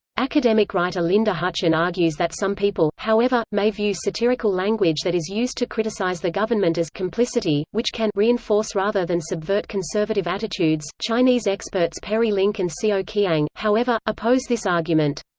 academic writer linda hutcheon argues that some people, however, may view satirical language that is used to criticize the government as complicity, which can reinforce rather than subvert conservative attitudes. chinese experts perry link and xiao so qiang, however, oppose this argument.